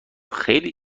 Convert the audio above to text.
خیلی